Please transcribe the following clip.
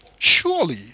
Surely